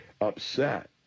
upset